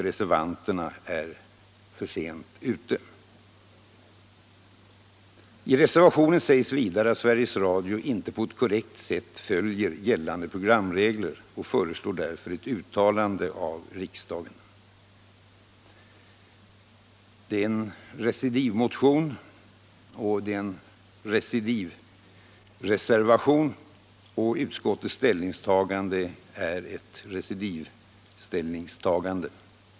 Reservanterna är för sent ute. I reservationen sägs också att Sveriges Radio inte på ett korrekt sätt följer gällande programregler, och reservanterna föreslår därför ett uttalande av riksdagen. Det är en recidivreservation som bygger på en recidivmotion, och utskottets ställningstagande är ett recidivställningstagande.